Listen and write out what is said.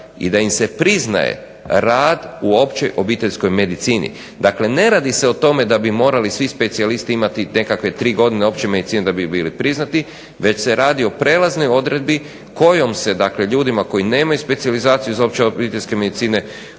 i da im se priznaje rad u općoj obiteljskoj medicini. Dakle, ne radi se o tome da bi morali svi specijalisti imati nekakve tri godine opće medicine da bi bili priznati već se radi o prelaznoj odredbi kojom se, dakle ljudima koji nemaju specijalizaciju za opće obiteljske medicine